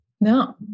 No